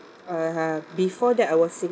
uh before that I was single